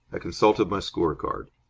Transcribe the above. i consulted my score-card.